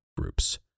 groups